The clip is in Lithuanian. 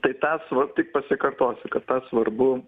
tai tas va tik pasikartosiu kad svarbu